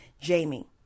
JAMIE